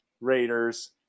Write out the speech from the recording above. Raiders